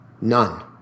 None